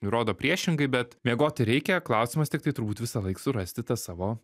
rodo priešingai bet miegoti reikia klausimas tiktai turbūt visąlaik surasti tą savo